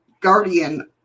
guardian